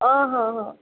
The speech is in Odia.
ଓ ହଁ ହଁ